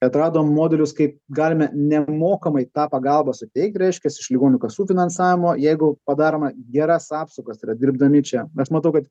atradom modelius kaip galime nemokamai tą pagalbą suteikt reiškias iš ligonių kasų finansavimo jeigu padaroma geras apsukas tai yra dirbdami čia aš matau kad